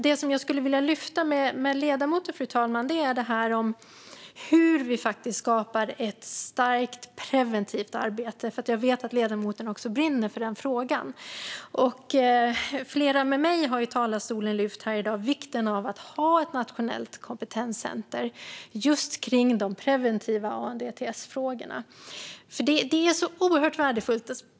Det jag skulle vilja lyfta med ledamoten, fru talman, är hur vi skapar ett starkt preventivt arbete. Jag vet att ledamoten också brinner för den frågan. Flera med mig har i dag här i talarstolen lyft vikten av att ha ett nationellt kompetenscentrum för just de preventiva ANDTS-frågorna. Detta är oerhört värdefullt.